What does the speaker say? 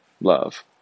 love